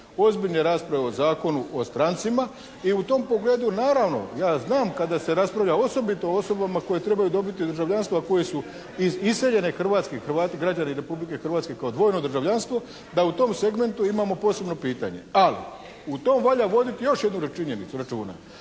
ozbiljne rasprave o Zakonu o strancima. I u tom pogledu, naravno, ja znam kada se raspravlja osobito o osobama koje trebaju državljanstvo a koje su iz iseljene Hrvatske, Hrvati građani Republike Hrvatske kao dvojno državljanstvo da u tom segmentu imamo posebno pitanje. Ali u tom valja voditi još jednu činjenicu računa.